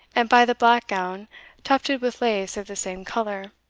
and by the black gown tufted with lace of the same colour,